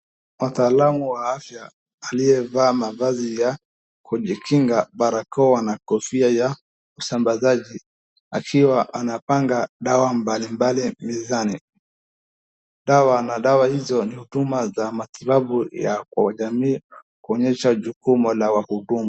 Wataalam wa afya aliyevaa mavazi ya kujikinga, barakoa na kofia ya usambazaji akiwa anapanga dawa mbalimbali mezani na dawa hizo ni huduma za matibabu ya jamii kuonyesha jukumu la wahudumu.